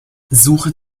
suche